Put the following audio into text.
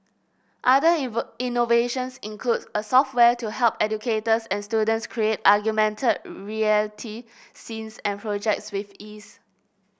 other innovations include a software to help educators and students create augmented reality scenes and projects with ease